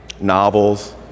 novels